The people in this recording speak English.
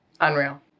Unreal